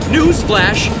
Newsflash